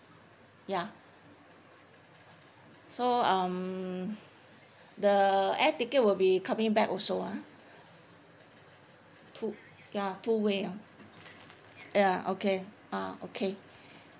ya so um the air ticket will be coming back also ah to ya to way ah ya okay ah okay